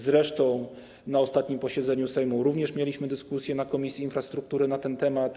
Zresztą na ostatnim posiedzeniu Sejmu - również mieliśmy dyskusję na posiedzeniu Komisji Infrastruktury na ten temat.